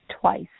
twice